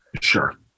Sure